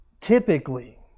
typically